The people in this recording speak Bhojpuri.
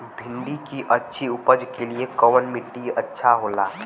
भिंडी की अच्छी उपज के लिए कवन मिट्टी अच्छा होला?